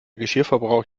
geschirrverbrauch